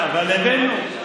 אבל הבאנו.